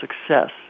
success